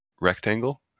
rectangle